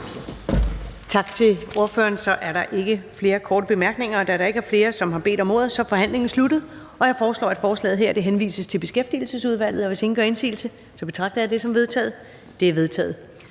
Tak til ordføreren. Så er der ikke flere korte bemærkninger. Da der ikke er flere, som har bedt om ordet, er forhandlingen sluttet. Jeg foreslår, at forslaget til folketingsbeslutning henvises til Beskæftigelsesudvalget. Hvis ingen gør indsigelse, betragter jeg det som vedtaget. Det er vedtaget.